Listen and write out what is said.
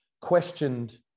questioned